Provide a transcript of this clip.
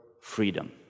freedom